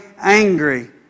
angry